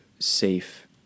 Safe